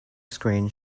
screen